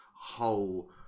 whole